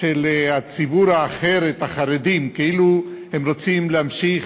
של הציבור האחר את החרדים כאילו הם רוצים להמשיך